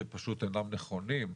שפשוט אינם נכונים,